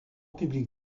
public